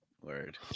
Word